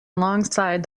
alongside